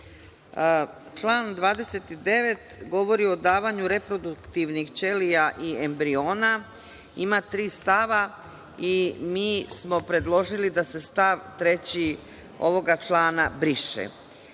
Član 29. govori o davanju reproduktivnih ćelija i embriona. Ima tri stava i mi smo predložili da se stav 3. ovog člana briše. Taj